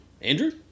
Andrew